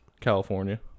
California